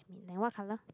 and what color